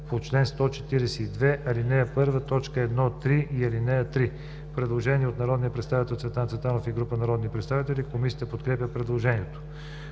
„по чл. 142, ал. 1, т. 1 – 3 и ал. 3“.“ Предложение от народния представител Цветан Цветанов и група народни представители. Комисията подкрепя предложението.